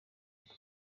hato